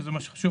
שזה מה שחשוב,